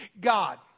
God